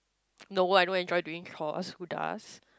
no one want to doing chores who does